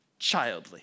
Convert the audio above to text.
childly